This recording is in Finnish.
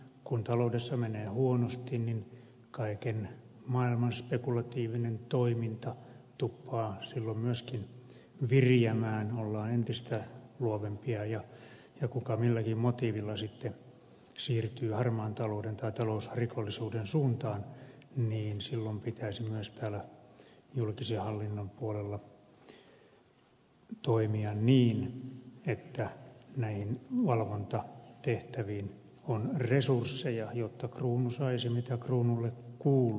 kun taloudessa menee huonosti niin kaiken maailman spekulatiivinen toiminta tuppaa silloin myöskin viriämään ollaan entistä luovempia ja kuka milläkin motiivilla siirtyy sitten harmaan talouden tai talousrikollisuuden suuntaan ja silloin pitäisi myös täällä julkisen hallinnon puolella toimia niin että näihin valvontatehtäviin on resursseja jotta kruunu saisi mitä kruunulle kuuluu